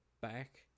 back